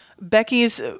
Becky's